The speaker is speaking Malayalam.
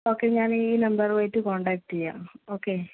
ഓക്കെ ഞാനീ നമ്പറുമായിട്ട് കോൺടാക്റ്റ് ചെയ്യാം ഓക്കെ